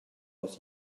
was